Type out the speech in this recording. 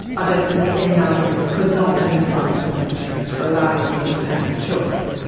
i don't think there's any argument for not having private health insurance, for allowing people to have the choice.